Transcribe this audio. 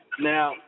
Now